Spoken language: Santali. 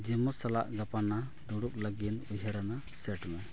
ᱡᱮᱢᱥ ᱥᱟᱞᱟᱜ ᱜᱟᱯᱟᱱᱟᱜ ᱫᱩᱲᱩᱵ ᱞᱟᱜᱤᱫ ᱩᱭᱦᱟᱹᱨᱟᱱᱟᱜ ᱥᱮᱴ ᱢᱮ